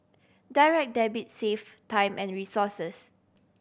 Direct Debit save time and resources